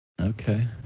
okay